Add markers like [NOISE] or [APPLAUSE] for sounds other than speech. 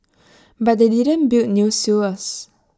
[NOISE] but they didn't build new sewers